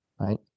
right